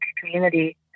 community